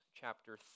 chapter